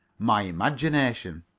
my imagination.